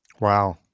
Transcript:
Wow